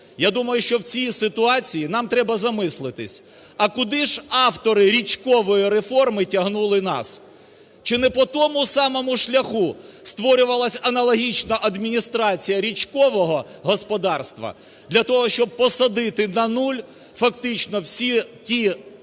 Я думаю, що в цій ситуації нам треба замислитись, а куди ж автори річкової реформи тягнули нас? Чи не по тому самому шляху створювалась аналогічна адміністрація річкового господарства для того, щоб посадити на нуль фактично всі ті змоги,